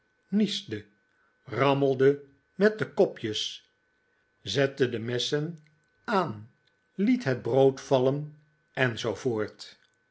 niesde rammelde met de kopjes zette de messen aan liet het brood vallen